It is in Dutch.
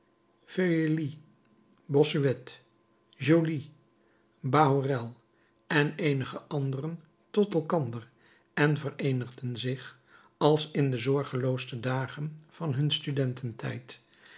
feuilly bossuet joly bahorel en eenige anderen tot elkander en vereenigden zich als in de zorgelooste dagen van hun studententijd